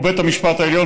ובית המשפט העליון,